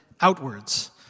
outwards